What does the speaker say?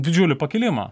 didžiulį pakilimą